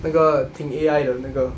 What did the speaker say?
那个挺 A_I 的那个